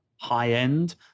high-end